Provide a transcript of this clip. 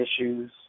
issues